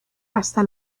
hasta